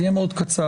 זה יהיה מאוד קצר,